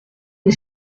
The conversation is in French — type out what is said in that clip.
une